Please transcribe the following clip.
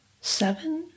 seven